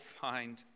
find